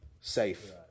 Safe